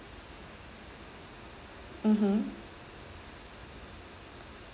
mmhmm